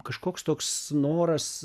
kažkoks toks noras